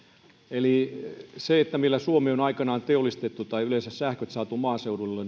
eli sen johdosta millä suomi on aikanaan teollistettu tai yleensä sähköt saatu maaseudulle